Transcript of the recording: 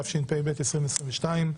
התשפ"ב-2022."